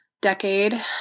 decade